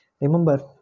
Remember